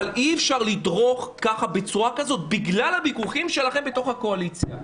אבל אי אפשר לדרוך בצורה כזאת בגלל הוויכוחים שלכם בתוך הקואליציה.